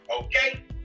Okay